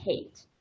hate